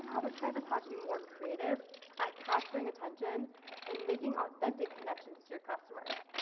advertisers have to be more creative at capturing attention and making authentic connections to your customers.